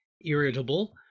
irritable